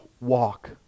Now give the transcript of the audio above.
walk